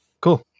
Cool